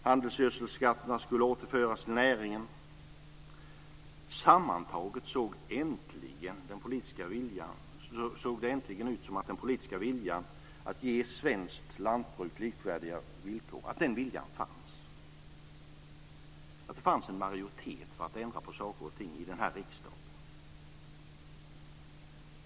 Handelsgödselskatterna skulle återföras till näringen. Sammantaget såg det äntligen ut som att den politiska viljan fanns att ge svenskt lantbruk likvärdiga villkor, att det fanns en majoritet här i riksdagen för att ändra på saker och ting.